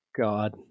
God